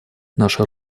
наша